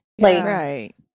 Right